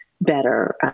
better